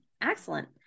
excellent